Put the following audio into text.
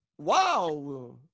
wow